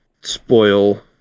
spoil